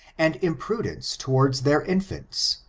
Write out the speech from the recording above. and imprudence toward their infants,